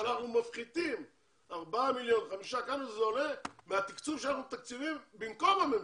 הסוכנות תפחית כמה שזה עולה מהתקצוב שלה במקום הממשלה.